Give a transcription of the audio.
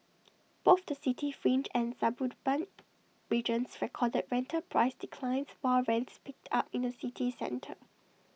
both the city fringe and suburban regions recorded rental price declines while rents picked up in the city centre